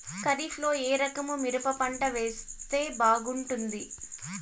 ఖరీఫ్ లో ఏ రకము మిరప పంట వేస్తే బాగుంటుంది